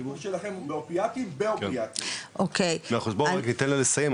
הטיפול שלכם אופיטים באופיטים --- בוא רק ניתן לה לסיים,